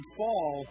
fall